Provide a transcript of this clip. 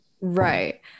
Right